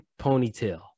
ponytail